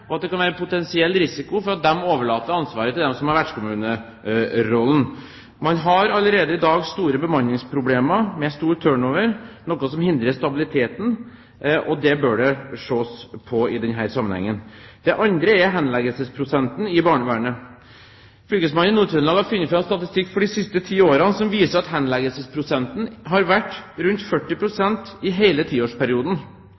tilbake, og det kan være en potensiell risiko for at de overlater ansvaret til dem som har vertskommunerollen. Man har allerede i dag store bemanningsproblemer, med stor turnover, noe som hindrer stabiliteten, og det bør det ses på i denne sammenhengen. Det andre er henleggelsesprosenten i barnevernet. Fylkesmannen i Nord-Trøndelag har funnet fram statistikk for de siste ti årene som viser at henleggelsesprosenten har vært rundt 40